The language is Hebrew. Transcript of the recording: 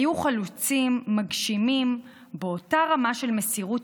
היו חלוצים מגשימים באותה רמה של מסירות